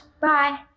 Bye